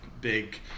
big